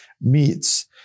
meets